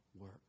work